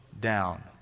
down